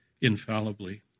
infallibly